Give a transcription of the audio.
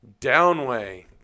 Downway